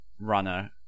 runner